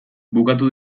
bukatu